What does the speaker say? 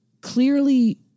Clearly